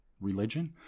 religion